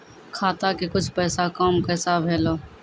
खाता के कुछ पैसा काम कैसा भेलौ?